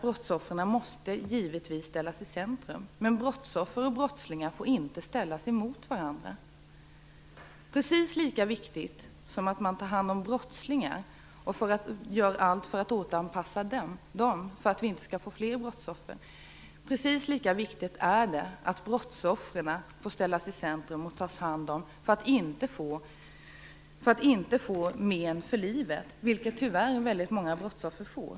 Brottsoffren måste givetvis ställas i centrum, men brottsoffer och brottslingar får inte ställas emot varandra. Precis lika viktigt som det är att ta hand om brottslingar och göra allt för att återanpassa dem för att vi inte skall få fler brottsoffer är det att brottsoffren ställs i centrum och blir omhändertagna så att de inte får men för livet, vilket många brottsoffer tyvärr får.